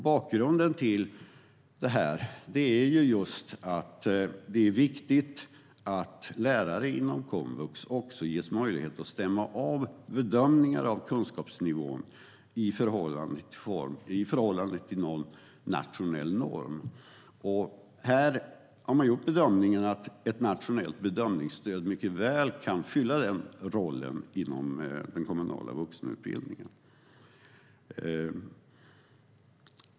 Bakgrunden är att det är viktigt att lärare inom komvux också ges möjlighet att stämma av bedömningar av kunskapsnivån i förhållande till en nationell norm. Här har man gjort bedömningen att ett nationellt bedömningsstöd mycket väl kan fylla den normen inom den kommunala vuxenutbildningen.